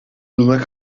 yılına